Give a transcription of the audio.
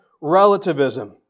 relativism